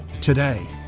today